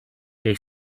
they